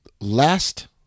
last